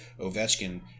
Ovechkin